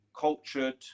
Cultured